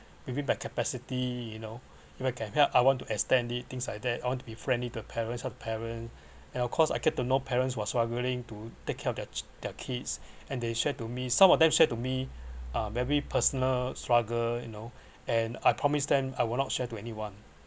maybe by capacity you know if I can help I want to extend it things like that I want to be friendly to parents all the parents and of course I get to know parents was very willing to take care of their their kids and they share to me some of them share to me uh maybe personal struggle you know and I promised them I will not share to anyone